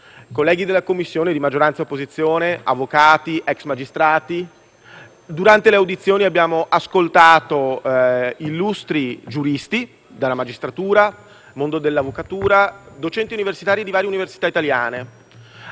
colleghi di maggioranza e opposizione, avvocati ed ex magistrati. In sede di audizione abbiamo ascoltato illustri giuristi della magistratura, mondo dell'avvocatura, docenti di varie università italiane: